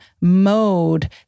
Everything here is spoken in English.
mode